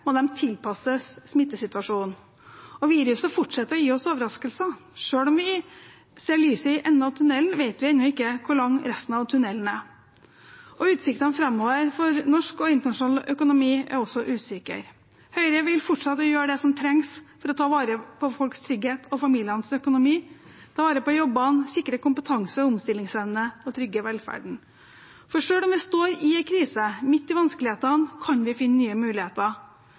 må de tilpasses smittesituasjonen. Viruset fortsetter å gi oss overraskelser, og selv om vi ser lyset i enden av tunnelen, vet vi ennå ikke hvor lang resten av tunnelen er. Utsiktene framover for norsk og internasjonal økonomi er også usikre. Høyre vil fortsette å gjøre det som trengs for å ta vare på folks trygghet og familienes økonomi, ta vare på jobbene, sikre kompetanse og omstillingsevne og trygge velferden. Selv om vi står i en krise, midt i vanskelighetene, kan vi finne nye muligheter.